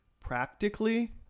practically